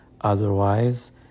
Otherwise